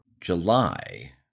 July